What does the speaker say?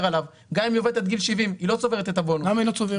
עליו גם אם היא עובדת עד גיל 70. למה היא לא צוברת?